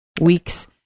week's